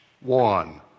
one